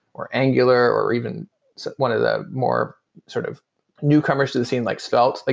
or angular, or even one of the more sort of newcomers to the scene like svelte, like